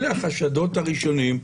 אלה החשדות הראשונים,